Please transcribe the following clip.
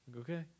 Okay